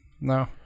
No